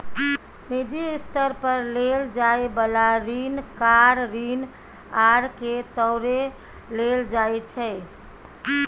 निजी स्तर पर लेल जाइ बला ऋण कार ऋण आर के तौरे लेल जाइ छै